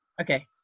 Okay